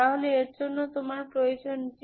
তাহলে এর জন্য তোমার প্রয়োজন Jn